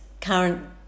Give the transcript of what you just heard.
current